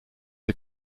sie